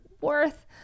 worth